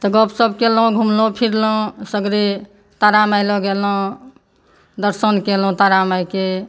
तऽ गपसप केलहुँ घुमलहुँ फिरलहुँ सगरे तारा माय लग एलहुँ दर्शन केलहुँ तारा मायक